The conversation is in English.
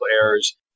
errors